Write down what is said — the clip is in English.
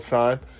time